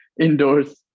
indoors